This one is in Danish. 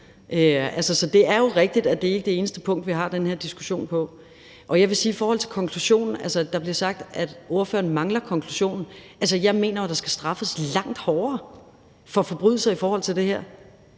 så det er jo rigtigt, at det ikke er det eneste punkt, hvor vi har den her diskussion. Jeg vil sige noget i forhold til konklusionen. Altså, der blev sagt, at ordføreren mangler konklusionen. Jeg mener jo, at der skal straffes langt hårdere for forbrydelser i forhold til det her.